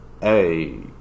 hey